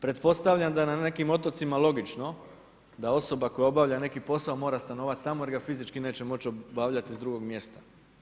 Pretpostavljam da je na nekim otocima logično da osoba koja obavlja neki posao mora stanovati tamo jer ga fizički neće moći obavljati s drugog mjesta.